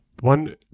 One